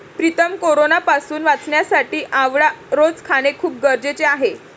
प्रीतम कोरोनापासून वाचण्यासाठी आवळा रोज खाणे खूप गरजेचे आहे